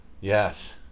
Yes